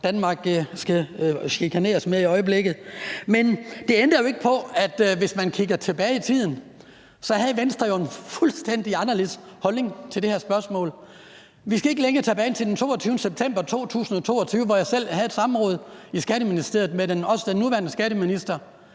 Danmark skal chikaneres af i øjeblikket. Men det ændrer jo ikke på, at hvis man kigger tilbage i tiden, kan man se, at Venstre havde en fuldstændig anderledes holdning til det her spørgsmål. Vi skal ikke længere tilbage end til den 30. september 2022, hvor jeg selv deltog i et samråd i Skatteudvalget med den også nuværende skatteminister